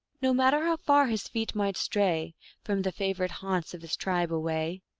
no matter how far his feet might stray from the favorite haunts of his tribe away,